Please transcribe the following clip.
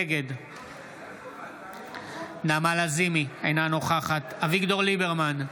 נגד נעמה לזימי, אינה נוכחת אביגדור ליברמן,